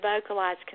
vocalize